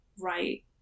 right